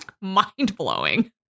mind-blowing